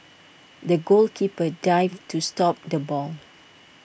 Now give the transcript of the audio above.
the goalkeeper dived to stop the ball